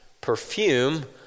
perfume